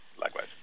Likewise